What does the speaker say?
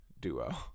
duo